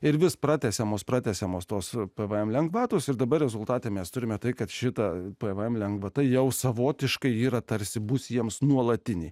ir vis pratęsiamos pratęsiamos tos pavojams lengvatos ir dabar rezultate mes turime tai kad šita tėvams lengva tai jau savotiškai yra tarsi bus jiems nuolatinį